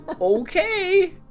okay